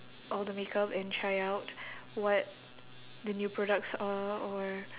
all the makeup and try out what the new products are or